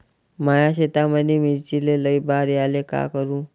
माया शेतामंदी मिर्चीले लई बार यायले का करू?